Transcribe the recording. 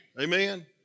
Amen